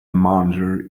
monitor